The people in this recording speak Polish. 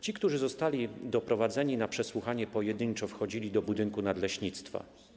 Ci, którzy zostali doprowadzeni na przesłuchanie, pojedynczo wchodzili do budynku nadleśnictwa.